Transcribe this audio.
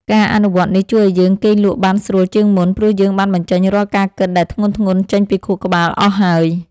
ការអនុវត្តនេះជួយឱ្យយើងគេងលក់បានស្រួលជាងមុន ព្រោះយើងបានបញ្ចេញរាល់ការគិតដែលធ្ងន់ៗចេញពីខួរក្បាលអស់ហើយ។